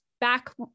back